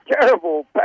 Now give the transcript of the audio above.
Terrible